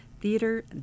theater